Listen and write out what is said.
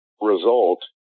result